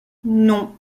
non